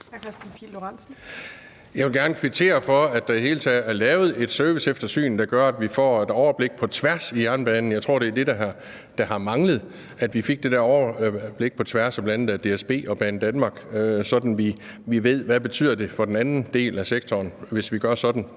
vil gerne kvittere for, at der i det hele taget er lavet et serviceeftersyn, der gør, at vi får et overblik på tværs af jernbanen. Jeg tror, at det, der har manglet, har været, at vi fik det der overblik på tværs af bl.a. DSB og Banedanmark, sådan at vi ved, hvad det betyder for den anden del af sektoren, hvis vi gør sådan